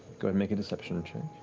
make a deception check.